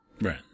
Right